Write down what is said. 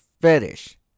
fetish